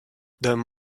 them